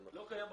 זה לא קיים בחוק.